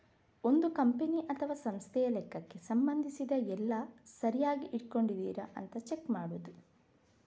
ಒಂದು ಕಂಪನಿ ಅಥವಾ ಸಂಸ್ಥೆಯ ಲೆಕ್ಕಕ್ಕೆ ಸಂಬಂಧಿಸಿದ ಎಲ್ಲ ಸರಿಯಾಗಿ ಇಟ್ಕೊಂಡಿದರಾ ಅಂತ ಚೆಕ್ ಮಾಡುದು